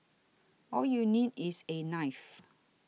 all you need is a knife